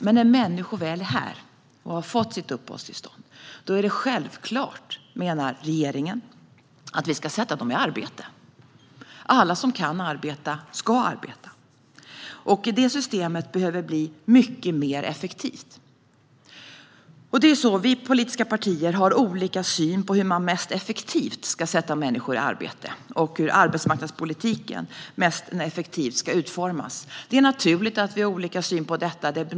Men när människor väl är här och har fått sitt uppehållstillstånd är det självklart, menar regeringen, att vi ska sätta dem i arbete. Alla som kan arbeta ska arbeta. Detta system måste bli mycket effektivare. Vi politiska partier har olika syn på hur man mest effektivt ska sätta människor i arbete och hur arbetsmarknadspolitiken mest effektivt ska utformas. Det är naturligt att vi har olika syn på detta.